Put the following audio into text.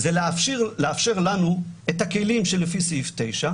זה לאפשר לנו את הכלים לפי סעיף 9,